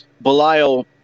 belial